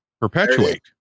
perpetuate